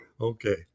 Okay